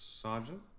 sergeant